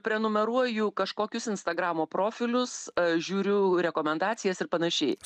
prenumeruoju kažkokius instagramo profilius žiūriu rekomendacijas ir panašiai